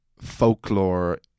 folklore